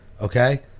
okay